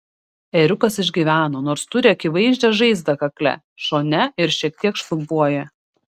ėriukas išgyveno nors turi akivaizdžią žaizdą kakle šone ir šiek tiek šlubuoja